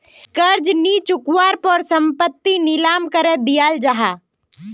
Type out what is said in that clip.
कर्ज नि चुक्वार पोर संपत्ति नीलाम करे दियाल जाहा